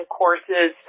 courses